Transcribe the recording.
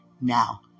now